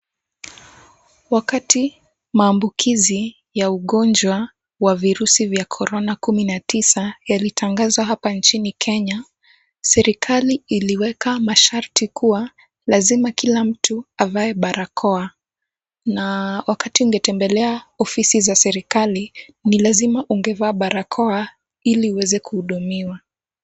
Wakati maambukizi ya ugonjwa wa virusi vya corona-19 yalitangazwa hapa nchini Kenya, serikali iliweka masharti kuwa lazima kila mtu avae barakoa na wakati ungetembelea ofisi za serikali, ni lazima ungevaa barakoa ili uweze kuhudumiwa.